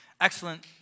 Excellent